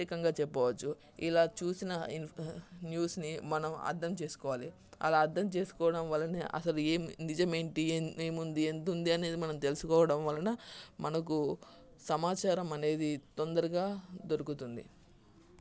వ్యతిరేకంగా చెప్పవచ్చు ఇలా చూసిన న్యూస్ని మనం అర్థం చేసుకోవాలి అలా అర్థం చేసుకోవడం వలన అసలు ఏం నిజం ఏంటి ఏముంది ఎంతుంది అనేది మనం తెలుసుకోవడం వలన మనకు సమాచారం అనేది తొందరగా దొరుకుతుంది